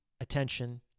attention